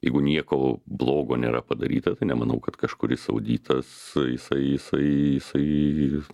jeigu nieko blogo nėra padaryta tai nemanau kad kažkuris auditas jisai jisai jisai